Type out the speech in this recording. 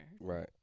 Right